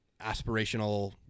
aspirational